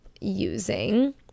using